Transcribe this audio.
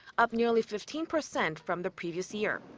up nearly fifteen percent from the previous year.